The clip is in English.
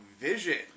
Vision